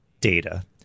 data